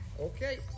Okay